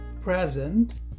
present